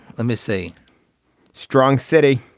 let me see strong city,